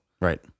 right